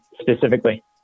specifically